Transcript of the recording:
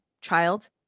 child